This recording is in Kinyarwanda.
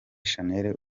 shanel